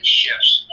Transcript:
shifts